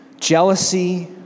Jealousy